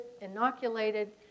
inoculated